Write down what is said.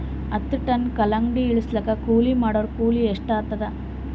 ಹತ್ತ ಟನ್ ಕಲ್ಲಂಗಡಿ ಇಳಿಸಲಾಕ ಕೂಲಿ ಮಾಡೊರ ಕೂಲಿ ಎಷ್ಟಾತಾದ?